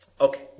Okay